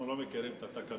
אנחנו לא מכירים את התקנון,